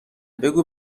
بگو